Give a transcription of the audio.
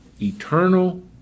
Eternal